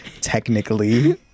technically